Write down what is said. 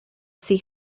see